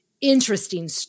interesting